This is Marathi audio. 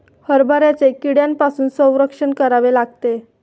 हरभऱ्याचे कीड्यांपासून संरक्षण करावे लागते